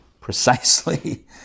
precisely